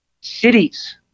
Cities